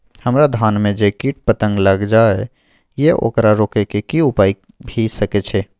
हमरा धान में जे कीट पतंग लैग जाय ये ओकरा रोके के कि उपाय भी सके छै?